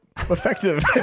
effective